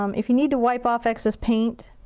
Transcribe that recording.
um if you need to wipe off excess paint